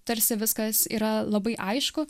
tarsi viskas yra labai aišku